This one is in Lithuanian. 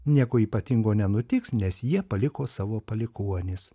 nieko ypatingo nenutiks nes jie paliko savo palikuonis